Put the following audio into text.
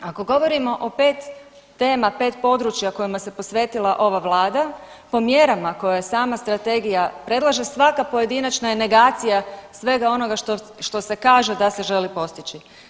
Ako govorimo o 5 tema, 5 područja kojima se posvetila ova Vlada, po mjerama koje sama Strategija predlaže svaka pojedinačna je negacija svega onoga što se kaže da se želi postići.